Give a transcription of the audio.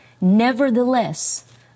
Nevertheless